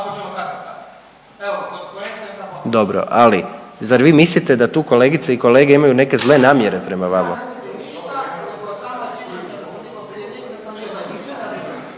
Dobro, ali zar vi mislite da tu kolegice i kolege imaju neke zle namjere prema vama?